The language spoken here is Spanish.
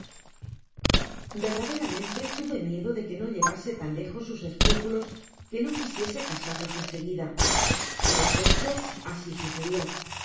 verdaderamente tuve miedo deque no llevase tan lejos sus escrúpulos que no quisiese casarlos en seguida en efecto asi sucedio